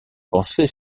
penser